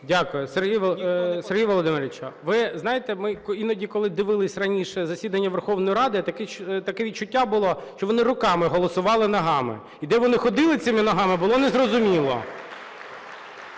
Дякую. Сергію Володимировичу, ви знаєте, ми іноді, коли дивились раніше засідання Верховної Ради. Таке відчуття було, що вони не руками голосували, а ногами. І де вони ходили цими ногами, було не зрозуміло.